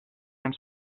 ens